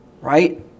right